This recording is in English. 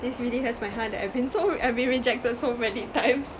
this really hurts my heart that I've been so I've been rejected so many times